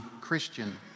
Christian